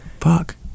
Fuck